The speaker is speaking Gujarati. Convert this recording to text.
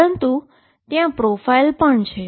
પરંતુ ત્યાં પ્રોફાઈલ પણ છે